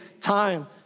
time